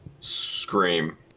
Scream